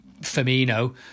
Firmino